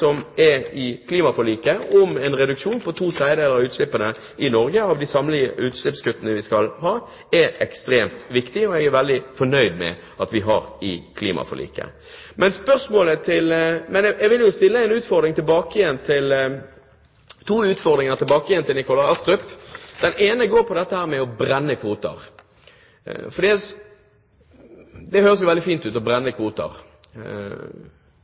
som er i klimaforliket, en reduksjon på to tredjedeler av de samlede utslippene vi skal ha i Norge, er ekstremt viktig, og som jeg er veldig fornøyd med at vi har i klimaforliket. Jeg vil komme med to utfordringer tilbake til Nikolai Astrup. Det ene går på det med å brenne kvoter. Det høres jo veldig fint ut å brenne kvoter.